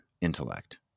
intellect